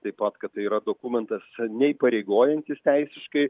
taip pat kad tai yra dokumentas neįpareigojantis teisiškai